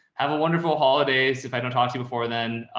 have a wonderful holidays. if i don't talk to you before then,